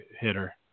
hitter